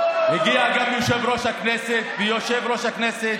הגיע גם יושב-ראש הכנסת, ויושב-ראש הכנסת